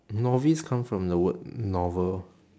novice come from the word novel